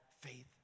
faith